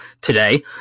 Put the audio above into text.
today